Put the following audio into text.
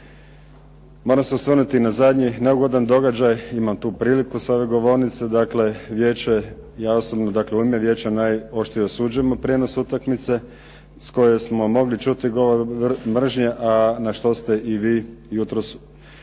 Moram se osvrnuti na zadnji neugodan događaj, imam tu priliku sa ove govornice. Vijeće, ja osobno dakle u ime vijeća najoštrije osuđujemo prijenos utakmice s koje smo mogli čuti govor mržnje a na što ste i vi jutros